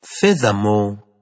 Furthermore